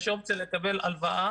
יש אופציה לקבל הלוואה